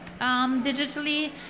digitally